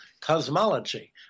cosmology